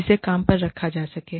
जिसे काम पर रखा जा सके